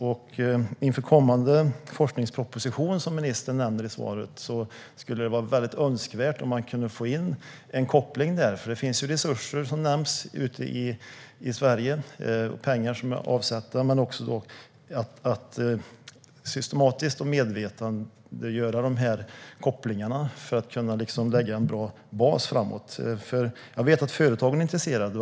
Inför den kommande forskningsproposition som ministern nämner i svaret skulle det vara önskvärt att få in en koppling där. Det finns ju resurser ute i landet och pengar som är avsatta. Man skulle systematiskt belysa de här kopplingarna för att så att säga lägga en bra bas framåt. Jag vet att företagen är intresserade.